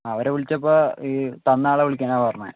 അവരെ വിളിച്ചപ്പോള് ഈ തന്നയാളെ വിളിക്കാനാണ് പറഞ്ഞത്